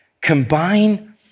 combine